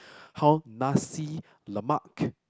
how nasi-lemak